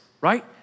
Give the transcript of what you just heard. right